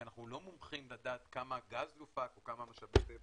כי אנחנו לא מומחים לדעת כמה גז יופק או כמה משאבי טבע